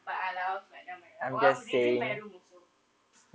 but I like off like nevermind oh I'm redoing room also during your